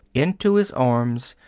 into his arms,